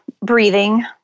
Breathing